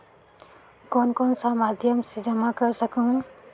कौन कौन सा माध्यम से जमा कर सखहू?